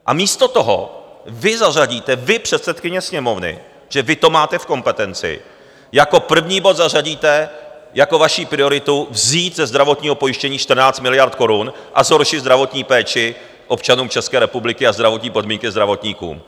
A místo toho vy zařadíte, vy, předsedkyně Sněmovny, protože vy to máte v kompetenci, jako první bod zařadíte jako vaši prioritu vzít ze zdravotního pojištění 14 miliard korun a zhoršit zdravotní péči občanům České republiky a zdravotní podmínky zdravotníkům.